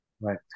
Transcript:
Right